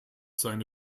seine